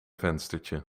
venstertje